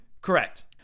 Correct